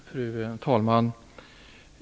Fru talman!